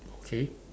okay